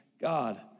God